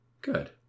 Good